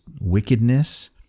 wickedness